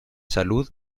salud